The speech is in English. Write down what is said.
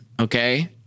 Okay